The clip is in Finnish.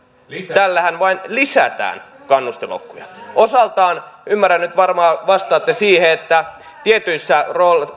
tällähän vain lisätään kannustinloukkuja osaltaan ymmärrän nyt varmaan vastaatte että tietyissä